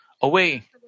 away